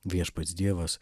viešpats dievas